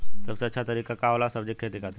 सबसे अच्छा तरीका का होला सब्जी के खेती खातिर?